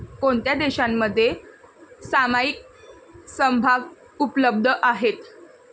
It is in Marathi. कोणत्या देशांमध्ये सामायिक समभाग उपलब्ध आहेत?